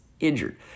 injured